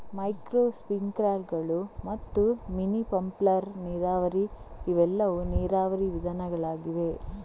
micro ಸ್ಪ್ರಿಂಕ್ಲರುಗಳು ಮತ್ತು mini bubbler ನೀರಾವರಿ ಇವೆಲ್ಲವೂ ನೀರಾವರಿ ವಿಧಾನಗಳಾಗಿವೆ